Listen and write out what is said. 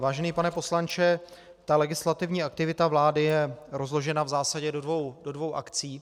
Vážený pane poslanče, legislativní aktivita vlády je rozložena v zásadě do dvou akcí.